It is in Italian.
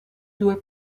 due